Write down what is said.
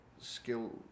skill